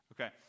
Okay